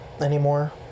anymore